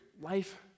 life